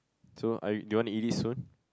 so are you do you want to eat it soon